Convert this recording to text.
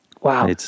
Wow